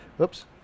Oops